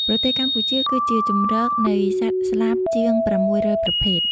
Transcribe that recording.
ប្រទេសកម្ពុជាគឺជាជម្រកនៃសត្វស្លាបជាង ៦០០ ប្រភេទ។